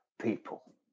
people